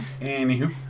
Anywho